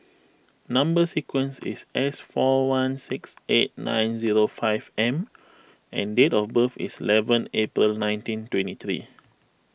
Number Sequence is S four one six eight nine zero five M and date of birth is eleven April nineteen twenty three